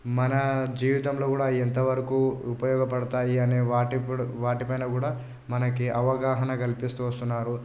మన జీవితంలో కూడా ఎంతవరకు ఉపయోగపడతాయి అనే వాటి ఇప్పుడు వాటి పైన కూడా మనకి అవగాహన కల్పిస్తూ వస్తున్నారు